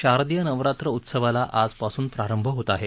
शारदीय नवरात्र उत्सवाला ाजपासून प्रारंभ होत ा हे